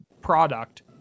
product